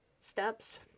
steps